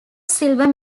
silver